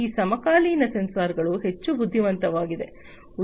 ಈ ಸಮಕಾಲೀನ ಸೆನ್ಸಾರ್ಗಳು ಹೆಚ್ಚು ಬುದ್ಧಿವಂತವಾಗಿವೆ